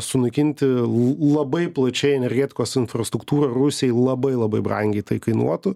sunaikinti labai plačiai energetikos infrastruktūrą rusijai labai labai brangiai tai kainuotų